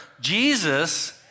Jesus